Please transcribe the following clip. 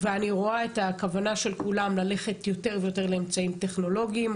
ואני רואה את הכוונה של כולם ללכת יותר ויותר לאמצעים טכנולוגיים.